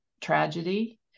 tragedy